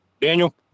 Daniel